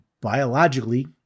biologically